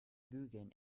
bügeln